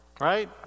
right